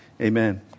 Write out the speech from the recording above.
Amen